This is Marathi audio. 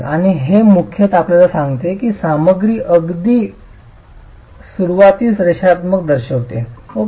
आणि हे मुख्यतः आपल्याला सांगत आहे की सामग्री अगदी सुरुवातीस रेषात्मकता दर्शविते ओके